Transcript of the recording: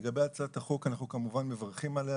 לגבי הצעת החוק: אנחנו כמובן מברכים עליה